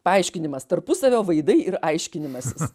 paaiškinimas tarpusavio vaidai ir aiškinimasis